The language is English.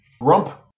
grump